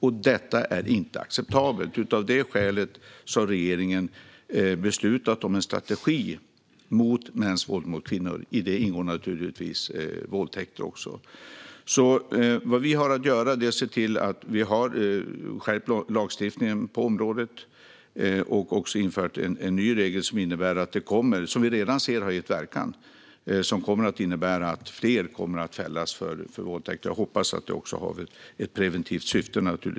Detta är inte acceptabelt. Av det skälet har regeringen beslutat om en strategi mot mäns våld mot kvinnor. I detta ingår naturligtvis också våldtäkter. Vad vi har att göra är att se till att vi har skärpt lagstiftning på området. Vi har också infört en ny regel som innebär att fler kommer att fällas för våldtäkt. Vi har redan sett verkan av detta. Jag hoppas att det också har ett preventivt syfte.